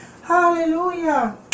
Hallelujah